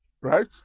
Right